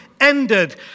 ended